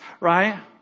right